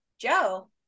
Joe